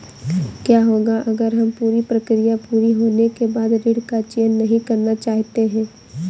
क्या होगा अगर हम पूरी प्रक्रिया पूरी होने के बाद ऋण का चयन नहीं करना चाहते हैं?